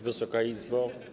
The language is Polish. Wysoka Izbo!